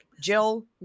Jill